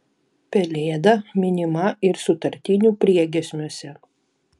pelėda minima ir sutartinių priegiesmiuose